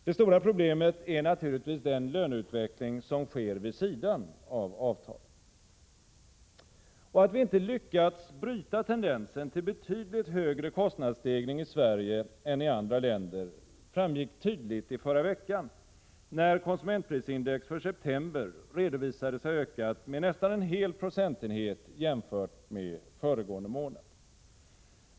Det stora problemet är naturligtvis den löneutveckling som sker vid sidan av avtalen. Att vi inte lyckats bryta tendensen till betydligt högre kostnadsstegring i Sverige än i andra länder framgick tydligt i förra veckan, när konsumentprisindex för september redovisades ha ökat med nästan en hel procentenhet jämfört med föregående månad.